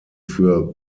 für